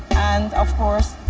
and, of course,